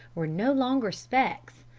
were no longer specks.